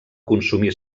consumir